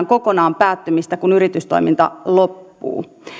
kokonaan päättymistä kun yritystoiminta loppuu